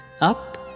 up